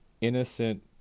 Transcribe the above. innocent